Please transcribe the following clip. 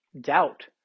doubt